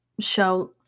show